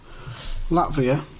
Latvia